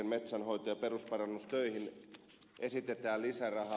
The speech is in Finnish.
metsänhoito ja perusparannustöihin esitetään lisärahaa